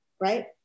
right